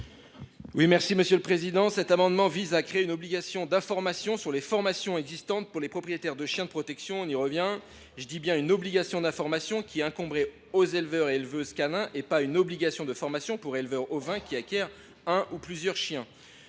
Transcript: Guillaume Gontard. Cet amendement vise à créer une obligation d’information sur les formations existantes pour les propriétaires de chiens de protection. Il s’agit, j’y insiste, d’une obligation d’information qui incomberait aux éleveurs et éleveuses canins, et non pas d’une obligation de formation pour les éleveurs ovins qui acquièrent un ou plusieurs chiens.